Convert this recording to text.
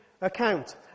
account